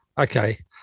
Okay